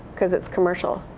because it's commercial.